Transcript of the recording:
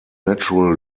natural